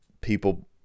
people